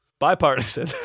Bipartisan